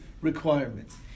requirements